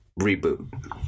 reboot